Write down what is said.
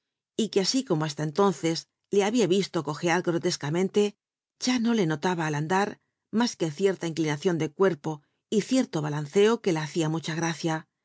y que así como hasta cntónccs le habia visto cojear grotescamente ra no le notaba al andar rnils que cierta inclinacion de cuerpo l cierto balanceo ruo la hacia mut'ha gracia